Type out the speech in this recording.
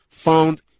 Found